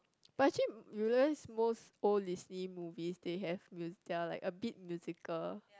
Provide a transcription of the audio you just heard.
but actually you realise most old Disney movies they have the they're like a bit musical